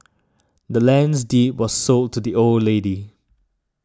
the land's deed was sold to the old lady